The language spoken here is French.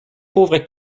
pauvre